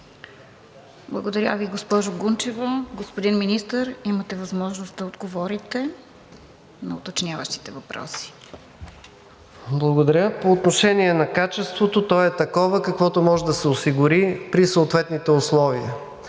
Благодаря Ви, госпожо Гунчева. Господин Министър, имате възможност да отговорите на уточняващите въпроси. МИНИСТЪР НИКОЛАЙ ДЕНКОВ: Благодаря. По отношение на качеството, то е такова, каквото може да се осигури при съответните условия.